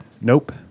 nope